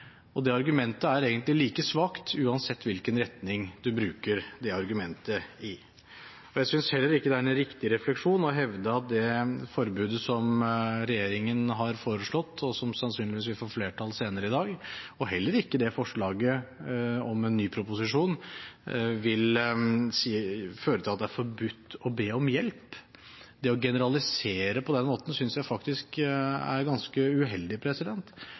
tigging. Det argumentet er egentlig like svakt uansett hvilken retning du bruker det argumentet i. Jeg synes heller ikke det er en riktig refleksjon å hevde at det forbudet som regjeringen har foreslått, og som sannsynligvis vil få flertall senere i dag, og heller ikke forslaget om en ny proposisjon, vil føre til at det er forbudt å be om hjelp. Å generalisere på den måten synes jeg faktisk er ganske uheldig.